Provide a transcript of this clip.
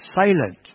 silent